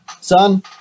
son